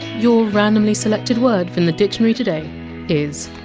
your randomly selected word from the dictionary today is!